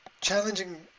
challenging